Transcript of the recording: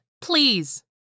Please